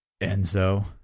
Enzo